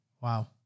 Wow